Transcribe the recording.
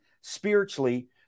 spiritually